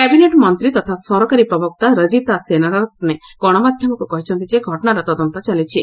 cabinet ମନ୍ତ୍ରୀ ତଥା ସରକାରୀ ପ୍ରବକ୍ତା ରଜିତା ସେନାରତ୍ନେ ଗଣମାଧ୍ୟମକୁ କହିଛନ୍ତି ଯେ ଘଟଣାର ତଦନ୍ତ ଚାଲିଛି